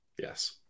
Yes